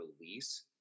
release